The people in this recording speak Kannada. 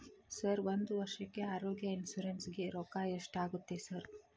ಸರ್ ಒಂದು ವರ್ಷಕ್ಕೆ ಆರೋಗ್ಯ ಇನ್ಶೂರೆನ್ಸ್ ಗೇ ರೊಕ್ಕಾ ಎಷ್ಟಾಗುತ್ತೆ ಸರ್?